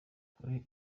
kuri